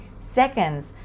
seconds